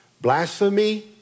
blasphemy